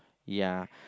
ya